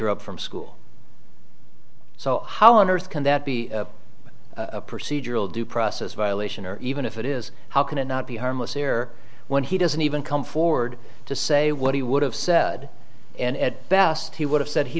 her up from school so how on earth can that be a procedural due process violation or even if it is how can it not be harmless error when he doesn't even come forward to say what he would have said and at best he would have said he